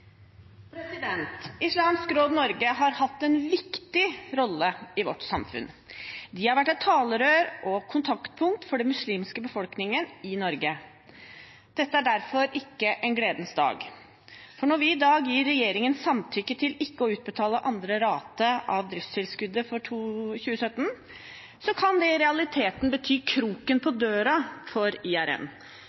Islamsk Råd Norge, IRN, har hatt en viktig rolle i vårt samfunn. De har vært et talerør og kontaktpunkt for den muslimske befolkningen i Norge. Dette er derfor ikke en gledens dag. For når vi i dag gir regjeringen samtykke til ikke å utbetale andre rate av driftstilskuddet for 2017, kan det i realiteten bety kroken på døra for IRN,